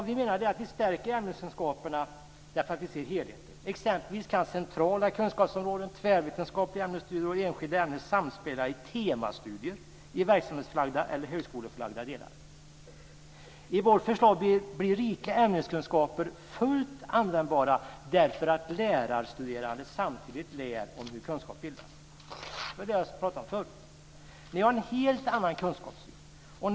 Vi menar att vi stärker ämneskunskaperna därför att vi ser helheten. Exempelvis kan centrala kunskapsområden, tvärvetenskapliga ämnesstudier och enskilda ämnen samspela i temastudier i verksamhetsförlagda eller högskoleförlagda delar. I vårt förslag blir rika ämneskunskaper fullt användbara därför att lärarstuderande samtidigt lär om hur kunskap bildas. Det har vi pratat om förut. Ni har en helt annan kunskapssyn.